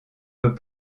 peut